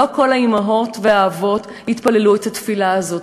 לא כל האימהות והאבות יתפללו את התפילה הזאת,